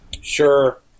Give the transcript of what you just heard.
Sure